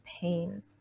pain